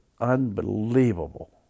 unbelievable